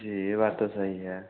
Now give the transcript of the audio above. जी यह बात तो सही है